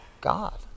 God